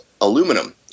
aluminum